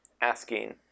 asking